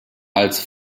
als